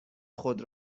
خود